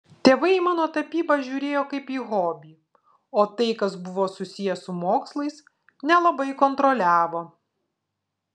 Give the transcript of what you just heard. tėvai į mano tapybą žiūrėjo kaip į hobį o tai kas buvo susiję su mokslais nelabai kontroliavo